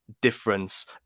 difference